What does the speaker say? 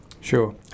Sure